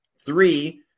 Three